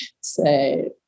say